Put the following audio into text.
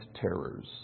terrors